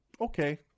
okay